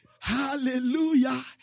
Hallelujah